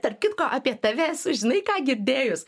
tarp kitko apie tave esu žinai ką girdėjus